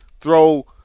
throw